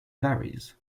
varies